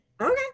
Okay